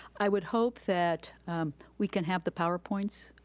i would hope that we can have the powerpoints,